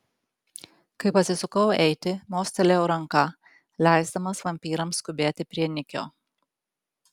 kai pasisukau eiti mostelėjau ranka leisdamas vampyrams skubėti prie nikio